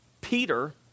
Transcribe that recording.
Peter